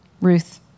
Ruth